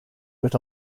but